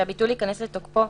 שהביטול ייכנס לתוקפו,